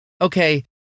okay